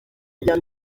rya